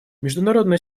международная